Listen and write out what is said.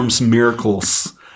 miracles